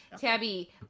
Tabby